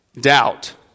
doubt